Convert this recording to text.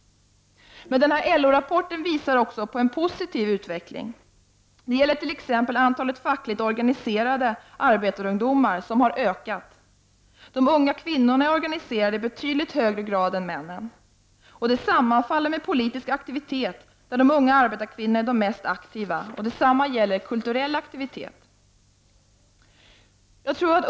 LO-rapporten visar även på en positiv utveckling. Det gäller t.ex. antalet fackligt organiserade arbetarungdomar, som har ökat. De unga kvinnorna är organiserade i betydligt högre grad än männen. Det sammanfaller med politisk aktivitet där de unga arbetarkvinnorna är de mest aktiva. Detsamma gäller kulturell aktivitet.